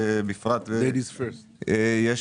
בכל העולם יש